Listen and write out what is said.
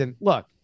look